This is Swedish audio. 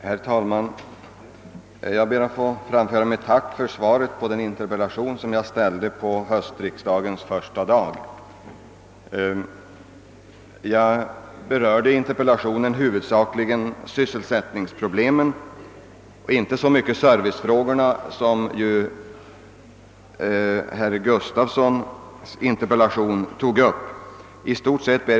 Herr talman! Jag ber att få framföra mitt tack för svaret på den interpellation som jag ställde på höstriksdagens första dag. I denna interpellation berörde jag huvudsakligen sysselsättningsproblemen och inte så mycket servicefrågorna, som herr Gustafsson i Skellefteå har tagit upp i sin interpellation.